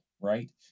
right